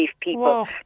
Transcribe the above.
people